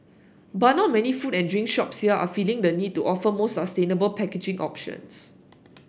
but not many food and drink shops here are feeling the need to offer more sustainable packaging options